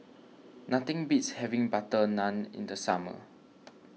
nothing beats having Butter Naan in the summer